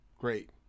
Great